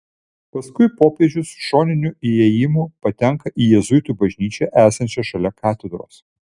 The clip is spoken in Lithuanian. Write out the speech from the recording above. paskui popiežius šoniniu įėjimu patenka į jėzuitų bažnyčią esančią šalia katedros